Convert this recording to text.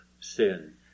sin